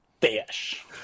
Fish